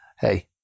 hey